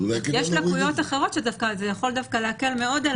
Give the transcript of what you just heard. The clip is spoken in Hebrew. אבל יש לקויות אחרות שזה יכול דווקא להקל מאוד על הנאשם.